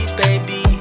baby